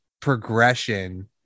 progression